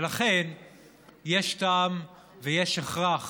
ולכן יש טעם ויש הכרח